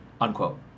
unquote